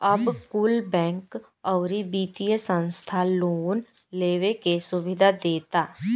अब कुल बैंक, अउरी वित्तिय संस्था लोन लेवे के सुविधा देता